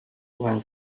when